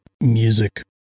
music